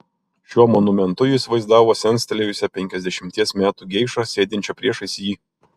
šiuo momentu jis vaizdavo senstelėjusią penkiasdešimties metų geišą sėdinčią priešais jį